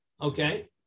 okay